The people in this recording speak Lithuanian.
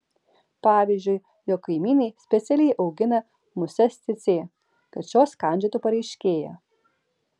pavyzdžiui jog kaimynai specialiai augina muses cėcė kad šios kandžiotų pareiškėją